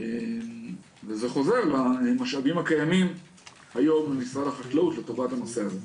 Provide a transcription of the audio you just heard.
וזה חוזר למשאבים הקיימים היום במשרד החקלאות לטובת הנושא הזה.